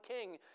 king